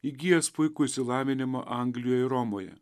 įgijęs puikų išsilavinimą anglijoj ir romoje